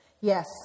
Yes